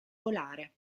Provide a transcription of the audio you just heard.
volare